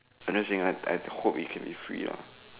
I'm just saying i hope it can be free lah